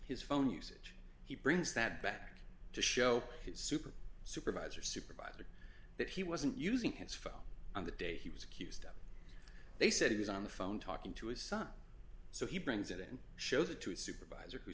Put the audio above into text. his phone usage he brings that back to show his super supervisor supervisor that he wasn't using his phone on the day he was to keep they said he was on the phone talking to his son so he brings it in and show that to his supervisor who